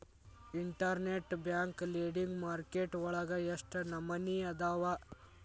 Internet bank lending market ವಳಗ ಎಷ್ಟ್ ನಮನಿಅದಾವು?